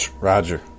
Roger